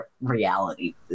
Reality